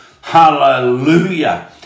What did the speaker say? hallelujah